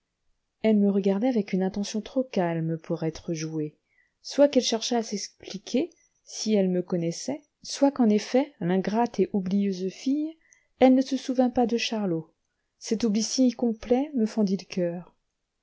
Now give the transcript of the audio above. elle me regardait avec une attention trop calme pour être jouée soit qu'elle cherchât à s'expliquer si elle me connaissait soit qu'en effet l'ingrate et oublieuse fille elle ne se souvînt pas de charlot cet oubli si complet me fendit le coeur